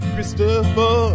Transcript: Christopher